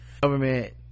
government